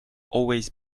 always